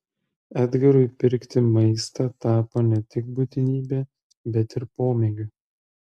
edgarui pirkti maistą tapo ne tik būtinybe bet ir pomėgiu